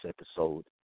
episode